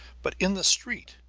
but in the street,